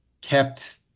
kept